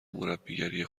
مربیگری